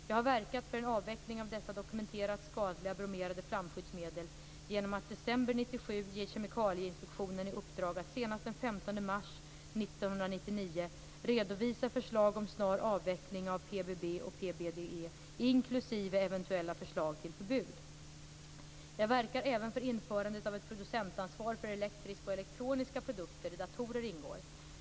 Jag har verkat för en avveckling av dessa dokumenterat skadliga bromerade flamskyddsmedel genom att i december 1997 ge Kemikalieinspektionen i uppdrag att senast den 15 mars 1999 redovisa förslag om en snar avveckling av PBB och Jag verkar även för införandet av ett producentansvar för elektriska och elektroniska produkter, där datorer ingår.